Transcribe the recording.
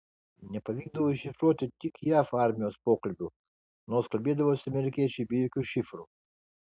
nepavykdavo iššifruoti tik jav armijos pokalbių nors kalbėdavosi amerikiečiai be jokių šifrų